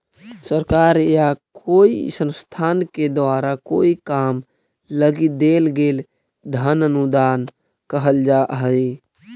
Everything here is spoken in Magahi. सरकार या कोई संस्थान के द्वारा कोई काम लगी देल गेल धन अनुदान कहल जा हई